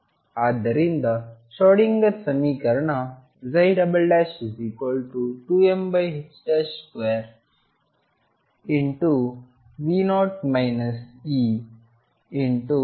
ಆದ್ದರಿಂದ ಶ್ರೋಡಿಂಗರ್ ಸಮೀಕರಣ 2m2V0 E ಸಂಖ್ಯೆ 2